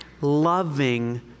loving